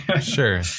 Sure